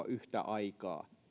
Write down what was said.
yhtä aikaa kahta keinoa